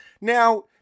now